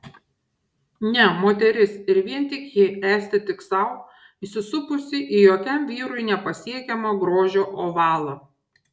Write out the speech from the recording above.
ne moteris ir vien tik ji esti tik sau įsisupusi į jokiam vyrui nepasiekiamą grožio ovalą